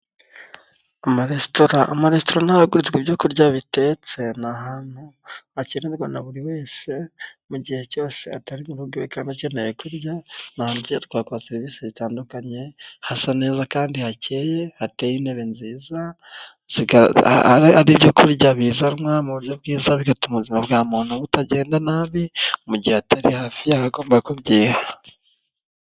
Amaresitora, amarasitora ni ahagurizwa ibyo kurya bitetse, ni ahantu hakenerwa na buri wese, mu gihe cyose atari mu urugo iwe kandi akeneye kurya, ni ahantu tujya twaka serivisi zitandukanye hasa neza kandi hakeye, hateye intebe nziza, ari ibyo kurya bizanwa mu buryo bwiza bigatuma ubuzima bwa muntu butagenda nabi, mu gihe atari hafi y'aho agomba kubyiha.